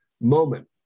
moment